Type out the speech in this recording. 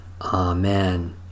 Amen